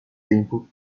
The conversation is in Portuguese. templo